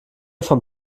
von